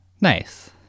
Nice